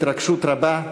התרגשות רבה,